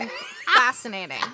fascinating